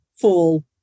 full